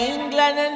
England